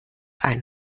ein